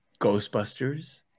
Ghostbusters